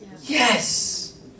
Yes